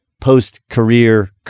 post-career